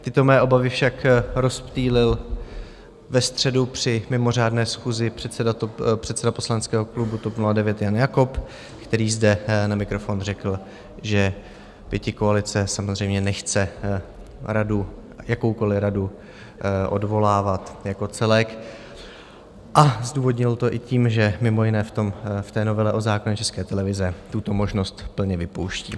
Tyto mé obavy však rozptýlil ve středu při mimořádné schůzi předseda poslaneckého klubu TOP 09 Jan Jakob, který zde na mikrofon řekl, že pětikoalice samozřejmě nechce radu, jakoukoliv radu, odvolávat jako celek, a zdůvodnil to i tím, že mimo jiné v té novele o zákoně České televize tuto možnost plně vypouští.